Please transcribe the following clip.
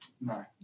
No